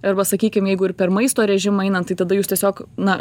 arba sakykim jeigu ir per maisto režimą einant tai tada jūs tiesiog na